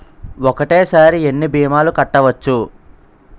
ఒక్కటేసరి ఎన్ని భీమాలు కట్టవచ్చు?